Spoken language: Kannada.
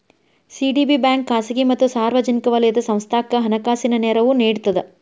ಸಿ.ಡಿ.ಬಿ ಬ್ಯಾಂಕ ಖಾಸಗಿ ಮತ್ತ ಸಾರ್ವಜನಿಕ ವಲಯದ ಸಂಸ್ಥಾಕ್ಕ ಹಣಕಾಸಿನ ನೆರವು ನೇಡ್ತದ